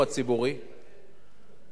לדירה,